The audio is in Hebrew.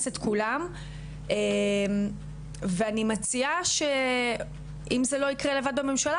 את כולם ואני מציעה שאם זה לא ייקרה לבד הממשלה,